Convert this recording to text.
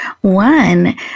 One